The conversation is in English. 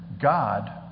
God